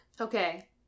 Okay